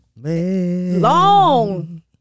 Long